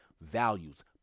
values